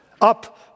Up